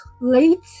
late